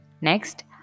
Next